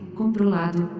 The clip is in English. controlado